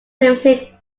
limited